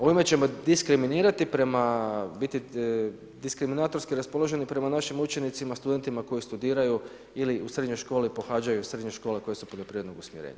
Ovime ćemo diskriminirati, prema, u biti diskriminatorski raspoloženi prema našim učenicima, studentima koji studiraju ili u srednjoj školi pohađaju srednje škole koje su poljoprivredno usmjerenja.